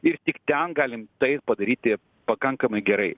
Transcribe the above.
ir tik ten galim tai padaryti pakankamai gerai